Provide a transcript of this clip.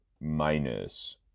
minus